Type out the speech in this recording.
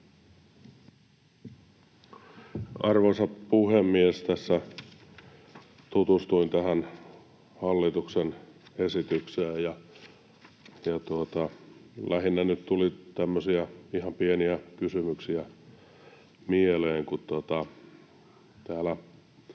Arvoisa puhemies! Tässä tutustuin tähän hallituksen esitykseen, ja lähinnä nyt tuli tämmöisiä ihan pieniä kysymyksiä mieleen,